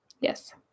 Yes